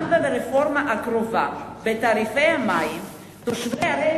גם ברפורמה הקרובה בתעריפי המים תושבי ערי